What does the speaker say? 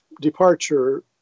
departure